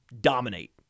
dominate